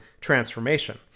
transformation